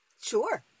Sure